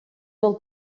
del